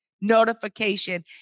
notification